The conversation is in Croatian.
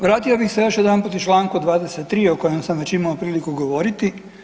Vratio bih se još jedanput i čl. 23. o kojem sam već imao priliku govoriti.